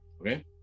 Okay